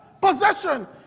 possession